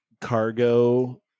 cargo